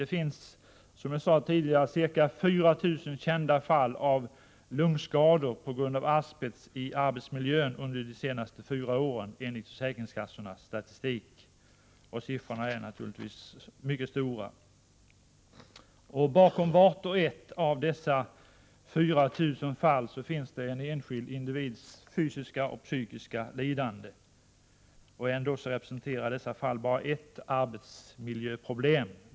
Det finns, som jag sade tidigare, ca 4 000 kända fall av lungskador på grund av asbest i arbetsmiljön under de senaste fyra åren enligt försäkringskassornas statistik. Dessa siffror är mycket höga. Bakom vart och ett av dessa 4 000 fall finns en enskild individs fysiska och psykiska lidande. Ändå representerar dessa fall bara ett arbetsmiljöproblem.